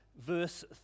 verse